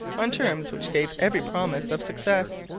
on terms which gave every promise of success.